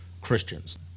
Christians